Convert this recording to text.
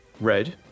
Red